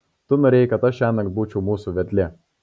tu norėjai kad aš šiąnakt būčiau mūsų vedlė